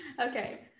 Okay